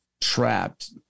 trapped